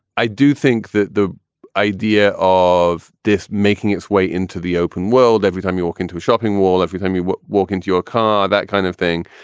i do think that the idea of this making its way into the open world, every time you walk into a shopping mall, every time you walk into your car, that kind of thing,